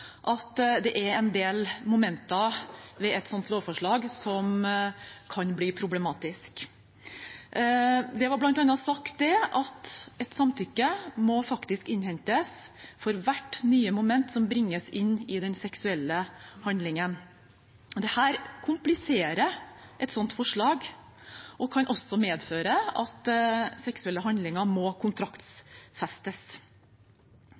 at det er en del momenter ved et slikt lovforslag som kan bli problematiske. Det var bl.a. sagt at et samtykke må innhentes for hvert nytt moment som bringes inn i den seksuelle handlingen. Dette kompliserer et slikt forslag og kan også medføre at seksuelle handlinger må